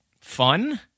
Fun